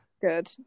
good